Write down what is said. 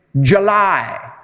July